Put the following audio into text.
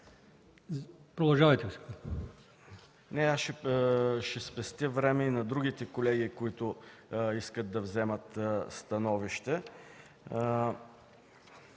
Продължавайте. ДАНАИЛ КИРИЛОВ: Ще спестя време и на другите колеги, които искат да вземат становище.